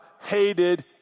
hated